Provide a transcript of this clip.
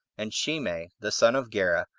and shimei, the son of gera,